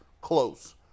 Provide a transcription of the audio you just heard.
close